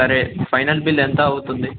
సరే final bill ఎంత అవుతుంది